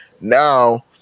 now